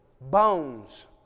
bones